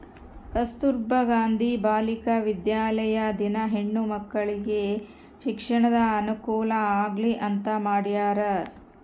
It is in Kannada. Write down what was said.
ಕಸ್ತುರ್ಭ ಗಾಂಧಿ ಬಾಲಿಕ ವಿದ್ಯಾಲಯ ದಿನ ಹೆಣ್ಣು ಮಕ್ಕಳಿಗೆ ಶಿಕ್ಷಣದ ಅನುಕುಲ ಆಗ್ಲಿ ಅಂತ ಮಾಡ್ಯರ